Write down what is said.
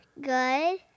Good